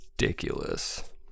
Ridiculous